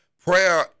prayer